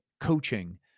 coaching